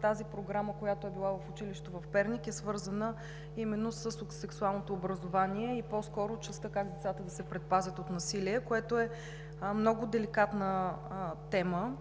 тази програма, която е била в училището в Перник, е свързана именно със сексуалното образование и по-скоро частта, как децата да се предпазят от насилие, което е много деликатна тема.